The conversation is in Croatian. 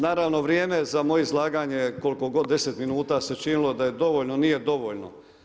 Naravno, vrijeme za moje izlaganje, koliko god, 10 minuta se činilo da je dovoljno, nije dovoljno.